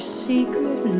secret